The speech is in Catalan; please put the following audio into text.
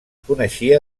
coneixia